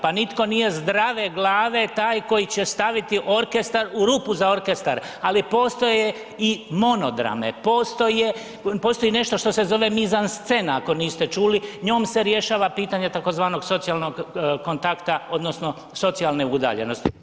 Pa nitko nije zdrave glave taj koji će staviti orkestar u rupu za orkestar, ali postoje i monodrame, postoji nešto što se zove mizanscena ako niste čuli, njom se rješava pitanje tzv. socijalnog kontakta odnosno socijalne udaljenosti.